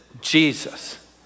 Jesus